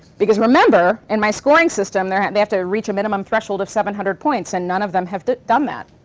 because remember, in my scoring system, they they have to reach a minimum threshold of seven hundred points, and none of them have done that.